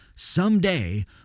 Someday